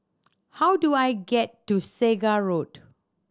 how do I get to Segar Road